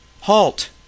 halt